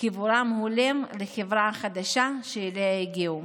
חברות הולם לחברה החדשה שאליה הגיעו.